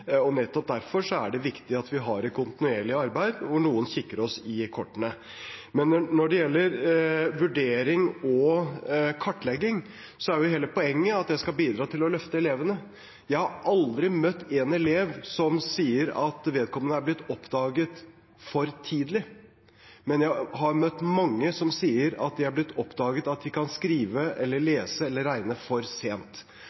Nettopp derfor er det viktig at vi har et kontinuerlig arbeid der noen kikker oss i kortene. Når det gjelder vurdering og kartlegging, er hele poenget at det skal bidra til å løfte elevene. Jeg har aldri møtt en elev som sier at vedkommende er blitt oppdaget for tidlig, men jeg har møtt mange som sier at det er blitt oppdaget for sent at de ikke kan skrive, lese eller